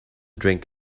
drink